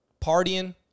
partying